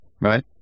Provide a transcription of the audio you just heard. Right